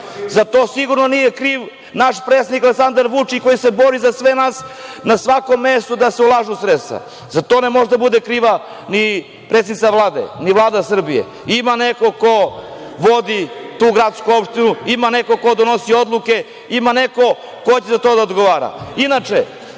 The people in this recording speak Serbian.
Za to sigurno nije kriv naš predsednik Aleksandar Vučić, koji se bori za sve nas, na svakom mestu da se ulažu sredstva. Za to ne može kriva ni predsednice Vlade, ni Vlada Srbije. Ima neko ko vodi tu gradsku opštinu, ima neko ko donosi odluke, ima neko ko će za to da odgovara. Inače,